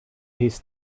his